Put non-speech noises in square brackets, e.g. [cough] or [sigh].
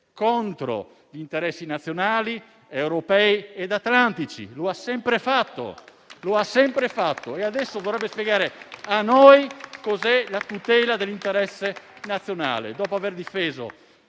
contro gli interessi nazionali, europei e atlantici. [applause] Lo hanno sempre fatto e adesso vorrebbero spiegare a noi cos'è la tutela dell'interesse nazionale, dopo aver difeso